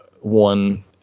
One